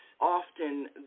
often